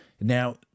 now